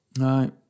Right